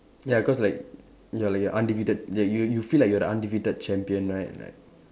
ya cause like you're like you're undefeated that you you feel like you're the undefeated champion right like